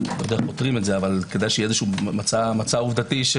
כדאי שיהיה מצע עובדתי.